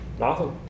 awesome